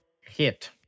hit